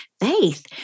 faith